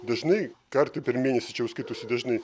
dažnai kartą per mėnesį čia jau skaitosi dažnai